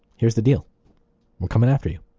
here's the deal, i'm coming after you.